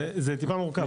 זה טיפה מורכב,